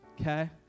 Okay